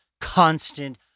constant